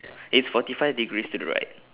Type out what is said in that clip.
it's forty five degrees to the right